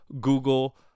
Google